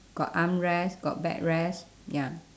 got armrest got backrest ya